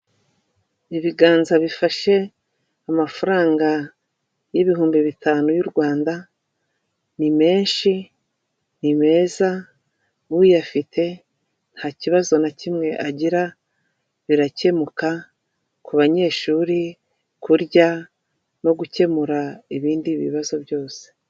Ibiganza bifashe amafaranga y'ibihumbi bitanu y'u Rwanda, ni menshi ni meza, uyafite nta kibazo na kimwe agira, birakemuka ku banyeshuri kurya, no gukemura ibindi bibazo byose.